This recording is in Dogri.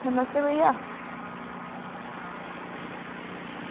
नमस्ते भइया